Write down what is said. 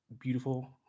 beautiful